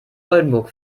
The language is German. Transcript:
oldenburg